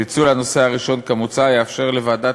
פיצול הנושא הראשון כמוצע יאפשר לוועדת